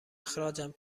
اخراجم